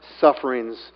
sufferings